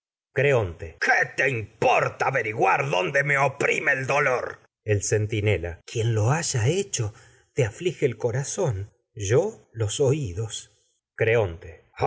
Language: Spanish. corazón creonte qué te importa averiguar dónde me oprime el dolor antígoña el centinela yo quien lo haya hecho te aflige el corazón los oídos creonte el ay